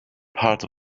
part